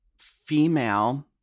female